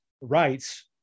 rights